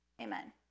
amen